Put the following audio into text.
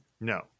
No